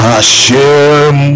Hashem